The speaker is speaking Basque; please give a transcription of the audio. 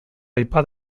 aipa